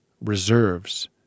reserves